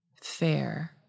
fair